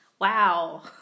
wow